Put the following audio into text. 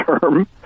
term